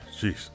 jeez